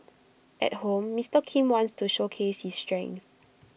at home Mister Kim wants to showcase his strength